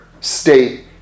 state